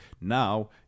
now